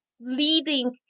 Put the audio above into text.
leading